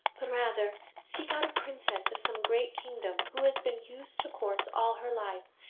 but rather seek out a princess of some great kingdom, who has been used to courts all her life,